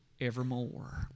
evermore